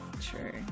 True